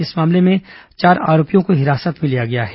इस मामले में चार आरोपियों को हिरासत में लिया गया है